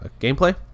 gameplay